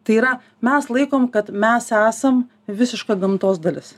tai yra mes laikom kad mes esam visiška gamtos dalis